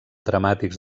dramàtics